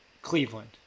Cleveland